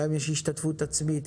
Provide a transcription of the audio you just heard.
גם יש השתתפות עצמית,